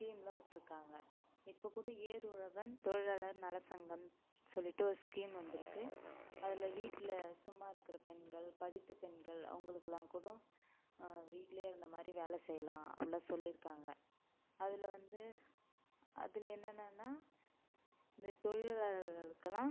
ஸ்கீம்லாம் விட்டுருக்காங்க இப்போது கூட ஏர் உழவன் தொழிலாளர் நல சங்கம் சொல்லிட்டு ஒரு ஸ்கீம் வந்திருக்கு அதில் வீட்டில் சும்மா இருக்கிற பெண்கள் படித்த பெண்கள் அவங்களுக்கெலாம் கூடோ வீட்டிலேயே இருந்த மாதிரி வேலை செய்யலாம் அப்டிலாம் சொல்லியிருக்காங்க அதில் வந்து அதில் என்னென்னால் இந்த தொழிலாளர்களுக்கெலாம்